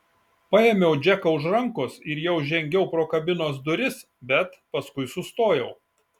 paėmiau džeką už rankos ir jau žengiau pro kabinos duris bet paskui sustojau